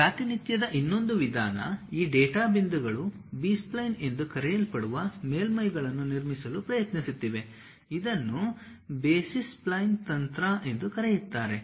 ಪ್ರಾತಿನಿಧ್ಯದ ಇನ್ನೊಂದು ವಿಧಾನ ಈ ಡೇಟಾ ಬಿಂದುಗಳು ಬಿ ಸ್ಪ್ಲೈನ್ಸ್ ಎಂದು ಕರೆಯಲ್ಪಡುವ ಮೇಲ್ಮೈಗಳನ್ನು ನಿರ್ಮಿಸಲು ಪ್ರಯತ್ನಿಸುತ್ತಿವೆ ಇದನ್ನು ಬೇಸಿಸ್ ಸ್ಪ್ಲೈನ್ಸ್ ತಂತ್ರ ಎಂದೂ ಕರೆಯುತ್ತಾರೆ